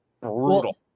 brutal